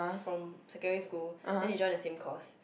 from secondary school then they join the same course